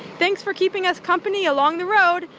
thanks for keeping us company along the road.